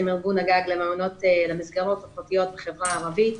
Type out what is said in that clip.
ארגון הגג למסגרות הפרטיות בחברה הערבית.